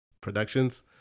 Productions